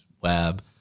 web